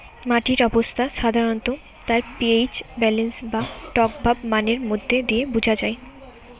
মাটির অবস্থা সাধারণত তার পি.এইচ ব্যালেন্স বা টকভাব মানের মধ্যে দিয়ে বুঝা যায়